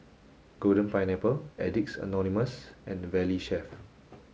Golden Pineapple Addicts Anonymous and Valley Chef